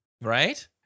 Right